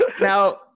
now